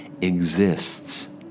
exists